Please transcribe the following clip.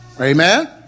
Amen